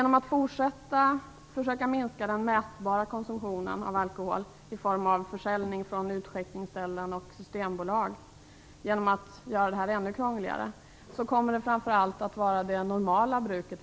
Om man fortsätter att försöka minska den mätbara konsumtionen av alkohol i form av försäljning från utskänkningsställen och systembolag genom att göra det ännu krångligare - kommer man framför allt att förhindra det normala bruket.